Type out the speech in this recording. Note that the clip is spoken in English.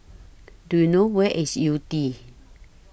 Do YOU know Where IS Yew Tee